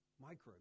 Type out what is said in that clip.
Microbes